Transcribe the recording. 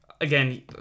again